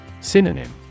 Synonym